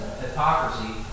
hypocrisy